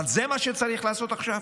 אבל זה מה שצריך לעשות עכשיו?